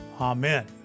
Amen